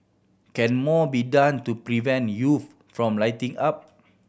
can more be done to prevent youths from lighting up